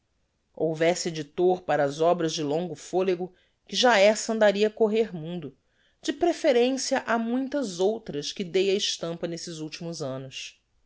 houvesse edictor para as obras de longo folego que já essa andaria á correr mundo de preferencia á muitas outras que dei á estampa nestes ultimos annos